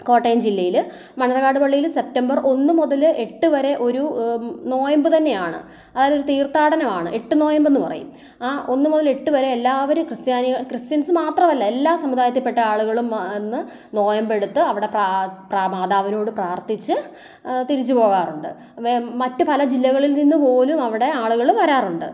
കോട്ടയം ജില്ലയിൽ മണ്ണർക്കാട് പള്ളിയിൽ സെപ്റ്റമ്പർ ഒന്ന് മുതൽ എട്ടുവരെ ഒരു നോയമ്പ് തന്നെയാണ് അതായതൊരു തീർത്ഥാടനമാണ് എട്ടുനോയമ്പു എന്ന് പറയും ആ ഒന്നുമുതൽ എട്ടു വരെ എല്ലാ വരും ക്രിസ്ത്യാനി ക്രിസ്ത്യൻസ് മാത്രമല്ല എല്ലാ സമുദായത്തിൽ പെട്ട ആളുകൾ വന്ന് നോയമ്പ് എടുത്ത് അവിടെ പ്രാ മാതാവിനോട് പ്രാർത്ഥിച്ചു തിരിച്ചു പോകാറുണ്ട് മറ്റു പല ജില്ലകളിൽ നിന്നുപോലും അവിടെ ആളുകൾ വരാറുണ്ട്